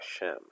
Hashem